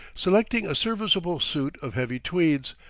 selecting a serviceable suit of heavy tweeds,